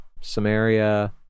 Samaria